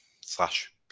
slash